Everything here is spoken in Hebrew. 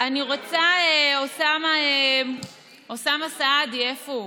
אני רוצה, אוסאמה סעדי, איפה הוא?